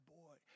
boy